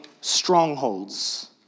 strongholds